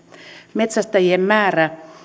metsästäjien määrä